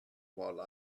while